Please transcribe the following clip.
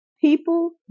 People